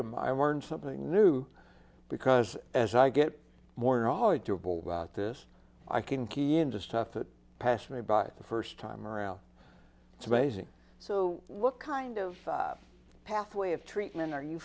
them i learned something new because as i get more knowledgeable about this i can key into stuff that passed me by the first time around it's amazing so look kind of pathway of treatment are you